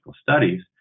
studies